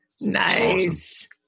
Nice